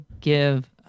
give